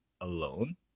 alone